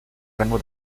rango